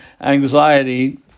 anxiety